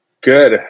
Good